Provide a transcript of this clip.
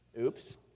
Oops